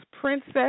Princess